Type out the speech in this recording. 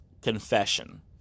confession